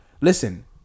listen